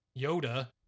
Yoda